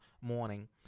morning